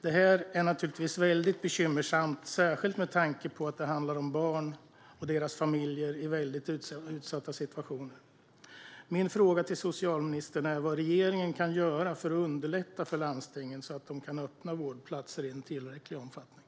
Detta är naturligtvis mycket bekymmersamt, särskilt med tanke på att det handlar om barn och deras familjer i mycket utsatta situationer. Min fråga till socialministern är vad regeringen kan göra för att underlätta för landstingen, så att de kan öppna vårdplatser i en tillräcklig omfattning.